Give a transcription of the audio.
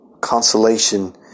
consolation